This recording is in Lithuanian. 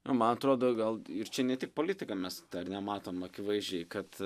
man atrodo gal ir čia ne tik politikam mes ar ne matom akivaizdžiai kad